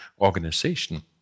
organization